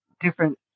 different